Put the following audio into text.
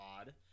odd